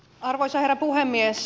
arvoisa herra puhemies